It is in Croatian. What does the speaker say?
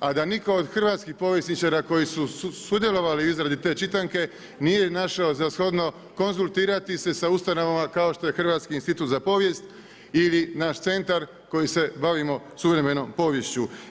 a da nitko od hrvatskih povjesničara koji su sudjelovali u izradi te čitanke, nije našao zashodno konzultirati se sa ustanovama kao što je Hrvatski institut za povijest, ili naš centar koji se bavimo suvremenom poviješću.